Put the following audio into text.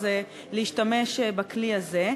להשתמש בכלי הזה.